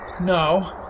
No